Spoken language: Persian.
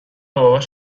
باباش